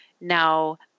now